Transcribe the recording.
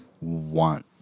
want